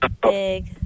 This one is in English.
big